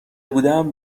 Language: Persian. بودم